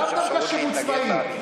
לאו דווקא שירות צבאי.